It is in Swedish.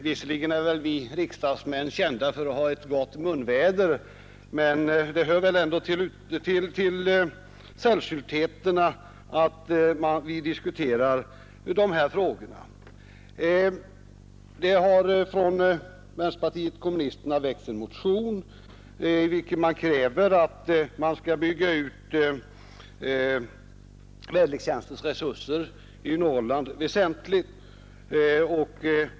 Visserligen är vi riksdagsmän kända för att ha ett gott munväder, men det hör ändå till sällsyntheterna att vi diskuterar dessa frågor. Vänsterpartiet kommunisterna har väckt en motion, i vilken det krävs att väderlekstjänstens resurser i Norrland skall byggas ut väsentligt.